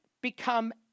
become